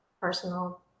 personal